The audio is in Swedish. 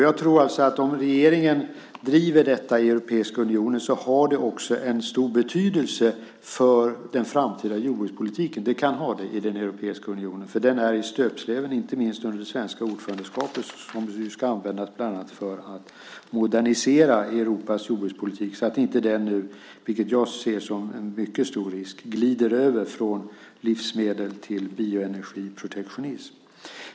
Jag tror alltså att om regeringen driver detta i Europeiska unionen kan det också ha stor betydelse för den framtida jordbrukspolitiken. Den är i stöpsleven, inte minst under det svenska ordförandeskapet som ju ska användas bland annat för att modernisera Europas jordbrukspolitik så att den inte, vilket jag ser som en mycket stor risk, glider över från livsmedels till bioenergiprotektionism.